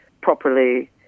properly